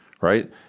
Right